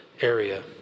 area